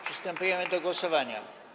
Przystępujemy do głosowania.